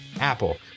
Apple